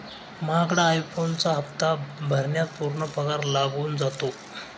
महागडा आई फोनचा हप्ता भरण्यात पूर्ण पगार लागून जातो